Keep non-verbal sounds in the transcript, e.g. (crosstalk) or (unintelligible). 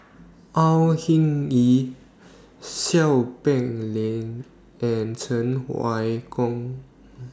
(unintelligible) Hing Yee Seow Peck Leng and Cheng Wai Keung